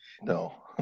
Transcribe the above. no